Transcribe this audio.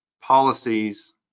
policies